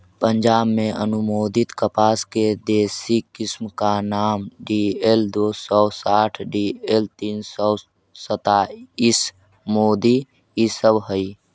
पंजाब में अनुमोदित कपास के देशी किस्म का नाम डी.एल दो सौ साठ डी.एल तीन सौ सत्ताईस, मोती इ सब हई